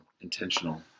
intentional